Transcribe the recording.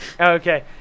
okay